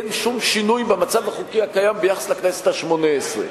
אין שום שינוי במצב החוקי הקיים ביחס לכנסת השמונה-עשרה.